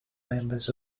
members